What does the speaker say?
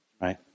Right